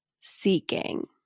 seeking